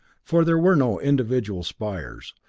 for there were no individual spires,